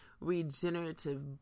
regenerative